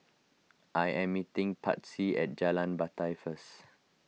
I am meeting Patsy at Jalan Batai first